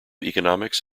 economics